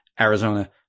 Arizona